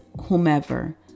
whomever